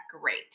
great